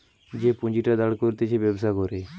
যে পুঁজিটা দাঁড় করতিছে ব্যবসা করে